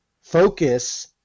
focus